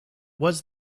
was